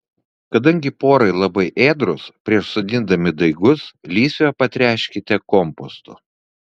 kadangi porai labai ėdrūs prieš sodindami daigus lysvę patręškite kompostu